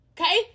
Okay